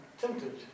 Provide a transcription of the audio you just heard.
tempted